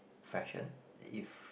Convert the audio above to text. fashion if